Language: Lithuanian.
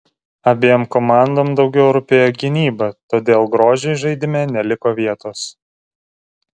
abiem komandom daugiau rūpėjo gynyba todėl grožiui žaidime neliko vietos